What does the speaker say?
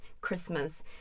christmas